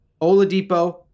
Oladipo